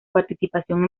participación